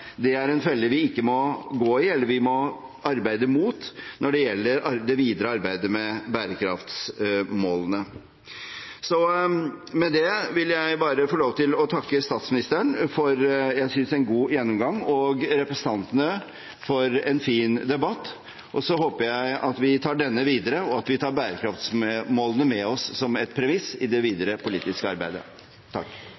Det er en felle vi må arbeide mot når det gjelder det videre arbeidet med bærekraftsmålene. Med det vil jeg bare få lov til å takke statsministeren for – synes jeg – en god gjennomgang og representantene for en fin debatt. Så håper jeg at vi tar denne videre, og at vi tar bærekraftsmålene med oss som et premiss i det videre politiske arbeidet.